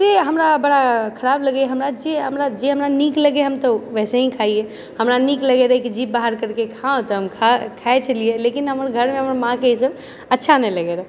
से हमरा बड़ा खराब लगैए हमरा जे हमरा जे हमरा नीक लगैए हम तऽ वैसेही खाइए हमरा नीक लगै रहै की जीभ बाहर करके खाउ तऽ हम खाइ छलियै लेकिन हमर घरमे हमर माँके ई सब अच्छा नहि लगै रहै